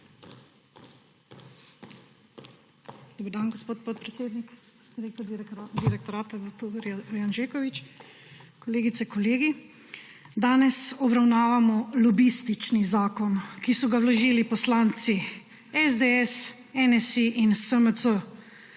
Dober dan, gospod podpredsednik, direktor direktorat Janžekovič, kolegice, kolegi! Danes obravnavamo lobistični zakon, ki so ga vložili SDS, NSi in SMC.